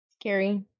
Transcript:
Scary